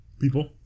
people